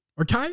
okay